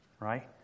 right